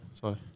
Sorry